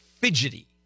fidgety